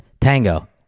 Tango